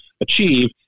achieve